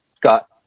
got